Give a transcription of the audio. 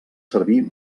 servir